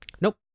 Nope